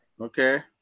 Okay